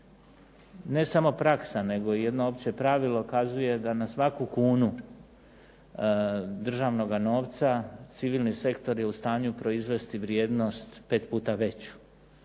Ne samo praksa nego i jedno opće pravilo kazuje da na svaku kunu državnoga novca civilni sektor je u stanju proizvesti vrijednost pet puta veću.